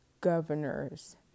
governors